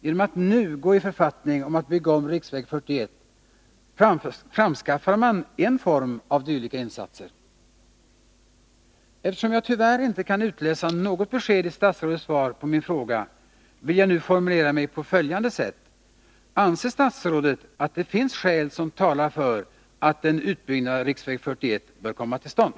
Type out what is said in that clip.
Genom att nu gå i författning om att bygga om riksväg 41 framskaffar man en form av dylika insatser. Eftersom jag tyvärr inte kan utläsa något besked i statsrådets svar på min interpellation, vill jag nu formulera mig på följande sätt: Anser statsrådet att det finns skäl som talar för att en utbyggnad av riksväg 41 bör komma till stånd?